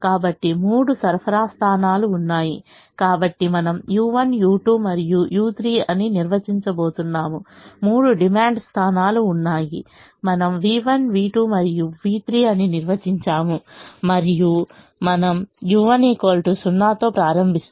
కాబట్టి మూడు సరఫరా స్థానాలు ఉన్నాయి కాబట్టి మనము u1 u2 మరియు u3 అని నిర్వచించబోతున్నాము మూడు డిమాండ్ స్థానాలు ఉన్నాయి మనము v1 v2 మరియు v3 అని నిర్వచించాము మరియు మనము u1 0 తో ప్రారంభిస్తాము